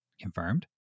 confirmed